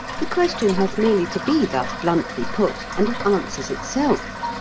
the question has merely to be thus bluntly put, and it answers itself.